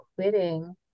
quitting